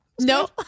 No